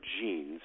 genes